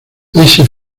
ese